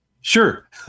Sure